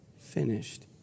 finished